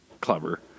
clever